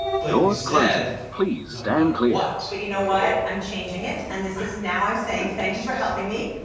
but you said no matter what but you know what? i'm changing it. and this is now i'm saying thank you for helping me.